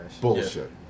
Bullshit